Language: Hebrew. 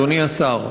אדוני השר,